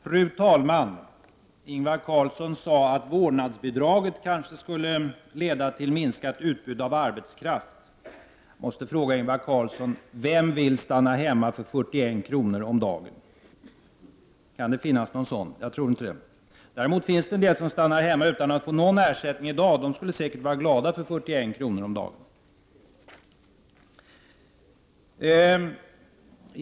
Fru talman! Ingvar Carlsson sade att ett införande av vårdnadsbidrag kanske skulle leda till minskat utbud av arbetskraft. Jag måste fråga Ingvar Carlsson: Vem vill stanna hemma för 41 kr. om dagen? Kan det finnas någon sådan? Jag tror inte det. Däremot finns det i dag en del som stannar hemma utan att få någon ersättning. De skulle säkert vara glada för 41 kr. om dagen.